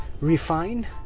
refine